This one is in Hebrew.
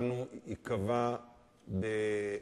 הקדמתי והרחבתי את הדיבור על כך,